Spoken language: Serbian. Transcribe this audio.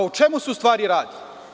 O čemu se u stvari radi?